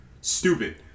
Stupid